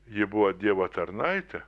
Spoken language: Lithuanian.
ji buvo dievo tarnaitė